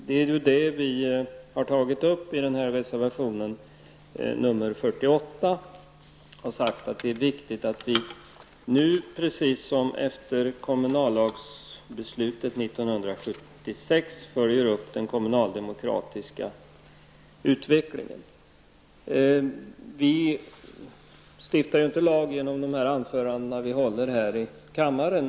Detta har vi tagit upp i reservation 48 och sagt att det är viktigt att vi nu precis som efter kommunallagsbeslutet 1976 följer upp den kommunaldemokratiska utvecklingen. Vi stiftar ju inte lagar genom de anföranden som vi håller här i kammaren.